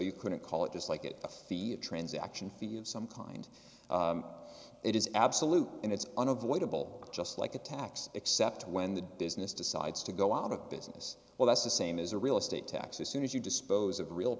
you couldn't call it just like it a fee transaction fee of some kind it is absolute and it's unavoidable just a tax except when the business decides to go out of business well that's the same as a real estate taxes soon as you dispose of real